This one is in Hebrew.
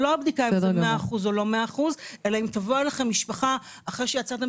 לא 100% או לא 100% אלא אם תבוא אליכם משפחה אחרי שיצאתם